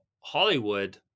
Hollywood